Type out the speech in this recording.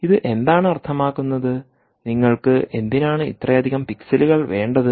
അതിനാൽ ഇത് എന്താണ് അർത്ഥമാക്കുന്നത് നിങ്ങൾക്ക് എന്തിനാണ് ഇത്രയധികം പിക്സലുകൾ വേണ്ടത്